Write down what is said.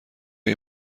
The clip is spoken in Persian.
این